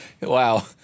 Wow